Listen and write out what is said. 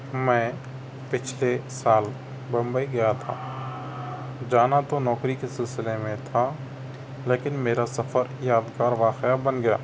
میں پچھلے سال بمبئی گیا تھا جانا تو نوکری کے سِلسلے میں تھا لیکن میرا سفر یادگار واقعہ بن گیا